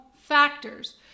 factors